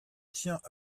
tiens